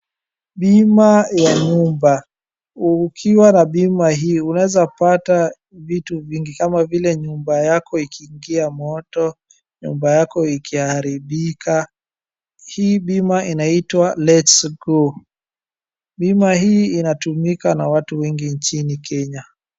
Bima ya nyumba, ukiwa na bima hii unaweza pata vitu vingi kama vile nyumba yako ikiingia moto, nyumba yako ikiharibika. Hii bima inaitwa LetsGo. Bima hii inatumika na watu wengi nchini Kenya.